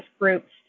groups